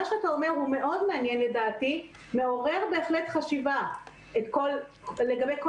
מה שאתה אומר הוא מאוד מעניין לדעתי ובהחלט מעורר חשיבה לגבי כל